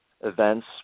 events